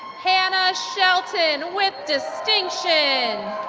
hanna shelton, with distinction.